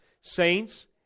saints